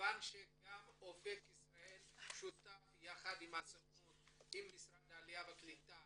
מכיוון שגם אופק ישראלי שותף יחד עם הסוכנות ומשרד העלייה והקליטה